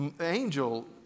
Angel